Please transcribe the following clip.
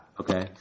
Okay